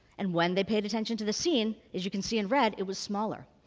and when they paid attention to the scene, as you can see in red, it was smaller.